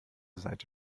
seite